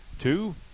two